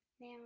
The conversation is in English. now